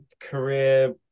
career